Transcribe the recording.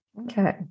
okay